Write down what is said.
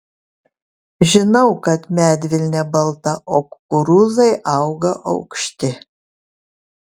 žinau kad medvilnė balta o kukurūzai auga aukšti